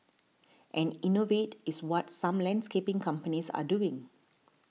and innovate is what some landscaping companies are doing